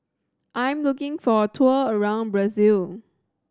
I am looking for a tour around Brazil